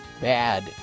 bad